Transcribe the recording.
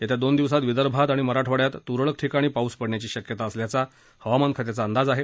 येत्या दोन दिवसात विदर्भात आणि मराठवाङ्यात तुरळक ठिकाणी पाऊस पडण्याची शक्यता असल्याचा हवामान खात्याचा अंदाज आहे